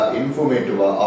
informative